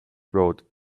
brought